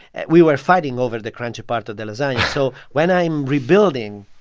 and we were fighting over the crunchy part of the lasagna so when i am rebuilding,